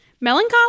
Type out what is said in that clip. melancholy